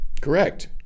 Correct